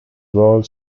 world